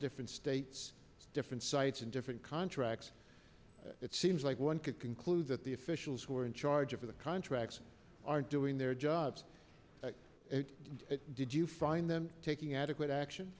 different states different sites in different contracts it seems like one could conclude that the officials who are in charge of the contracts aren't doing their jobs did you find them taking adequate action